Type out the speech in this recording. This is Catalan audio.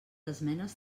esmenes